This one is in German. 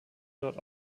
dort